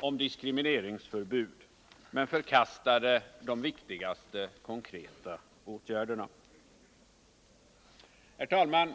om diskrimineringsförbud men förkastade de viktigaste konkreta åtgärderna. Herr talman!